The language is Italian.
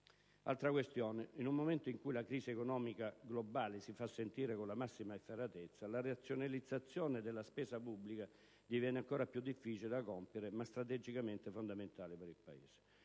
di questi giovani. In un momento poi in cui la crisi economica globale si fa sentire con la sua massima efferatezza, la razionalizzazione della spesa pubblica diviene ancora più difficile da compiere, ma strategicamente fondamentale per il Paese.